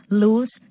lose